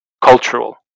cultural